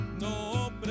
No